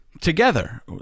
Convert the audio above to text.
together